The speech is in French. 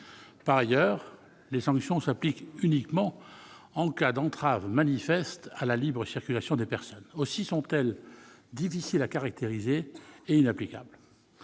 Par ailleurs, les sanctions s'appliquent uniquement en cas d'entrave manifeste à la libre circulation des personnes. Aussi sont-elles difficiles à caractériser et inapplicables.